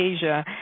Asia